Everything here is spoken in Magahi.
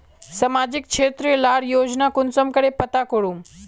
सामाजिक क्षेत्र लार योजना कुंसम करे पता करूम?